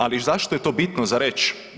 Ali zašto je to bitno za reći?